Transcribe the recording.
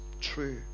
true